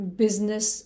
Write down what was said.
business